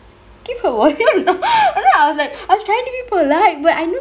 keep her volume down and then I was like I was tryingk to be polite but I know